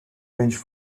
ranged